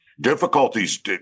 difficulties